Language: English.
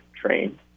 train